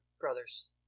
brothers